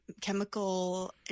chemical